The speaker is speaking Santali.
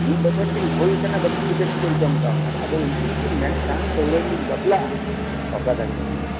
ᱢᱤᱫ ᱵᱚᱪᱷᱚᱨ ᱠᱤᱱ ᱦᱩᱭ ᱟᱠᱟᱱᱟ ᱵᱟᱠᱤᱱ ᱜᱤᱫᱟᱹᱨ ᱯᱤᱫᱟᱹᱨ ᱡᱚᱝ ᱟᱠᱟᱣᱱᱟ ᱟᱫᱚ ᱩᱱᱠᱤᱱ ᱢᱮᱱ ᱠᱷᱟᱱ ᱫᱟᱹᱣᱲᱟᱹ ᱨᱮᱞᱤᱧ ᱵᱟᱯᱞᱟᱜᱼᱟ ᱵᱟᱯᱞᱟ ᱫᱟᱲᱮᱭᱟᱜᱼᱟ ᱠᱤᱱ